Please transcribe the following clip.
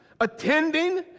attending